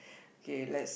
K let's